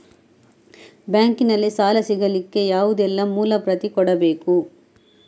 Bank ನಲ್ಲಿ ಸಾಲ ಸಿಗಲಿಕ್ಕೆ ಯಾವುದೆಲ್ಲ ಮೂಲ ಪ್ರತಿ ಕೊಡಬೇಕು?